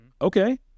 Okay